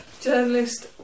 Journalist